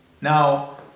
Now